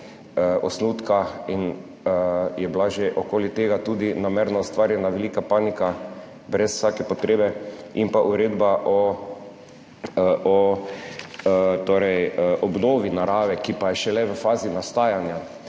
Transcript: osnutka in je bila že okoli tega tudi namerno ustvarjena velika panika brez vsake potrebe, in pa uredba torej o obnovi narave, ki pa je šele v fazi nastajanja,